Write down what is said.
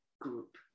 group